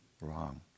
wrong